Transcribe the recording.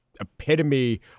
epitome